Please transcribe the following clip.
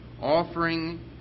offering